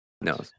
no